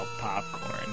popcorn